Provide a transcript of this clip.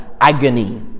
agony